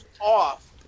off